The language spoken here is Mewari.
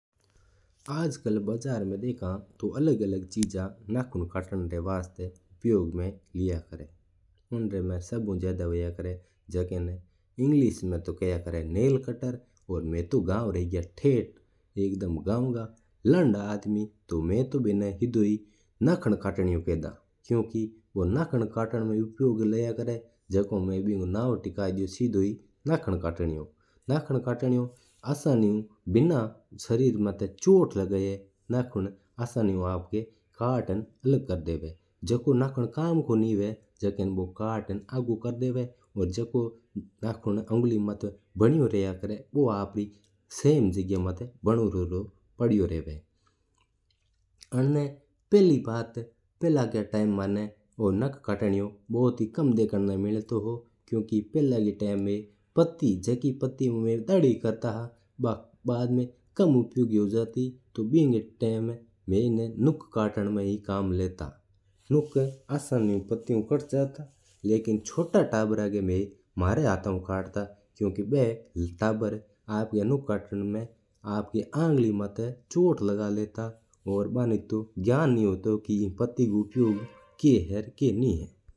आज कल बाजार में देखा तो ओ अलग चीजा नकुन्ना कटन वास्ता उपयोग में लिया करा है। उनमा सभू ज्यादा होया करा है बिन्न ना इंग्लिश में नेल कटर किया करा है। मैं तो रहग्या गया का तेथ आदमी तो मैं तो इनना नखन्न कटणीयो खे देवा हा। क्युकि बू नकुन्न काटबा में ही उपयोग लेवा तो मैं बिनो नाम टिक्का दियो नखन्न कटणीयो। नखन कटणीयो बिना कोई सरीर माता चोट लगार नकुन्न कट देवा है और ना खून आवा ना कोई बात। इन्नो नकुन्न भी शोर शोर कट जावा है।